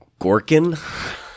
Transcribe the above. Gorkin